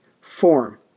form